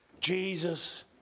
Jesus